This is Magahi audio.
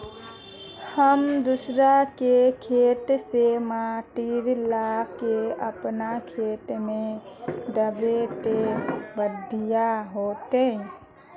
हम दूसरा के खेत से माटी ला के अपन खेत में दबे ते बढ़िया होते?